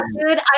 dude